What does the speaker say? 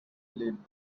lit